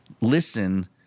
listen